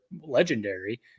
legendary